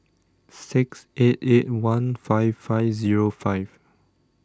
six eight eight one five five Zero five